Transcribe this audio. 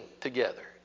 together